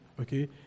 okay